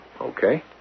Okay